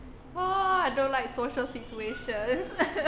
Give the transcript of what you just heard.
!wah! I don't like social situations